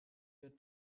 der